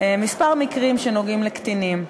כמה מקרים שנוגעים לקטינים,